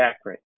accurate